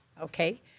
Okay